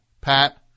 Pat